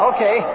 Okay